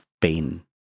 pain